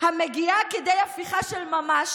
המגיעה כדי הפיכה של ממש,